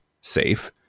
safe